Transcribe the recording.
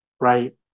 right